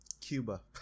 Cuba